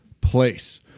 place